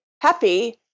happy